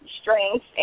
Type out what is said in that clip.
strengths